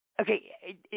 Okay